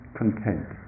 content